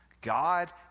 God